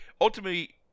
Ultimately